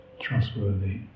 trustworthy